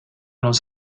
nos